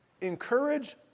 encourage